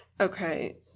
Okay